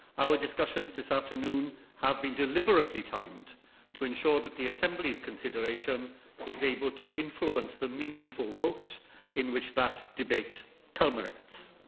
our discussions this afternoon have been deliberately timed to ensure that the assembly's consideration is able to influence the meaningful vote in which that debate culminates.